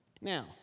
Now